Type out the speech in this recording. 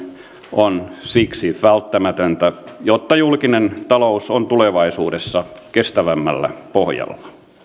on välttämätöntä jotta julkinen talous on tulevaisuudessa kestävämmällä pohjalla